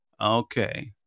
Okay